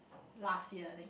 last year I think